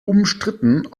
umstritten